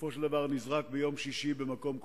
בסופו של דבר נזרק ביום שישי במקום כלשהו.